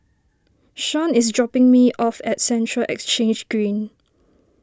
Shawn is dropping me off at Central Exchange Green